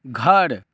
घर